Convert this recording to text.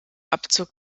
abzug